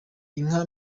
inka